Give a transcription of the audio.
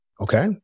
okay